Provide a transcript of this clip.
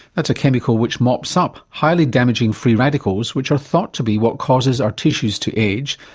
that's a chemical which mops up highly damaging free radicals which are thought to be what causes our tissues to age,